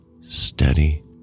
steady